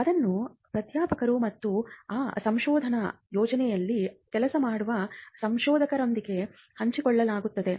ಅದನ್ನು ಪ್ರಾಧ್ಯಾಪಕರು ಮತ್ತು ಆ ಸಂಶೋಧನಾ ಯೋಜನೆಗಳಲ್ಲಿ ಕೆಲಸ ಮಾಡಿದ ಸಂಶೋಧಕರೊಂದಿಗೆ ಹಂಚಿಕೊಳ್ಳುವುದಾಗಿತ್ತು